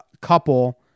couple